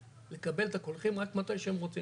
לקבל את הקולחים רק מתי שהם רוצים,